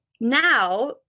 now